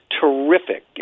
terrific